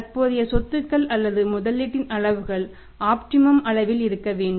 தற்போதைய சொத்துக்கள் அல்லது முதலீட்டின் அளவுகள் ஆப்டிமம் அளவில் இருக்க வேண்டும்